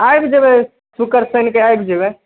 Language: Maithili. आओर जेबै शुक्र शनिके आबि जेबै